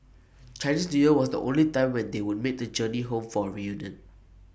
Chinese New Year was the only time when they would make the journey home for A reunion